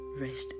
rest